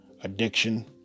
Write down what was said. addiction